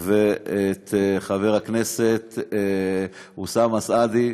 וחבר הכנסת אוסאמה סעדי.